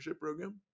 program